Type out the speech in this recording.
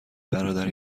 برادر